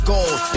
Gold